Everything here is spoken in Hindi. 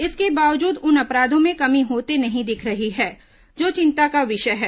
इसके वाबजूद उन अपराधों में कमी होते नहीं दिख रही है जो चिंता का विषय है